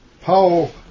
Paul